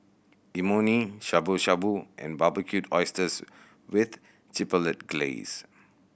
Imoni Shabu Shabu and Barbecued Oysters with Chipotle Glaze